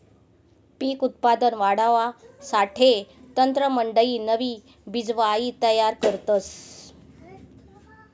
पिक उत्पादन वाढावासाठे तज्ञमंडयी नवी बिजवाई तयार करतस